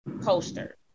poster